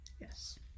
Yes